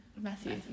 Matthew